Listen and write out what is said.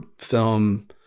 film